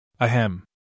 Ahem